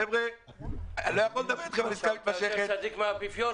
חבר'ה, לא הכול בתפקידכם לשחק בשכל.